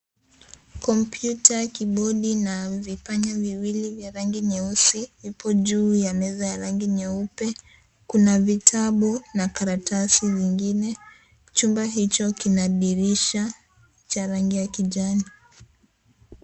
Kompyuta, kiibodi, na vipanya viwili vya rangi nyeusi, ipo juu ya meza ya rangi nyeupe. Kuna vitabu na karatasi nyingine, chumba hicho kina dirisha cha rangi ya kijani.